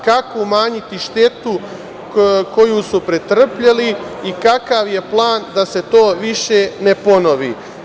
Kako umanjiti štetu koju su pretrpeli i kakav je plan da se to više ne ponovi?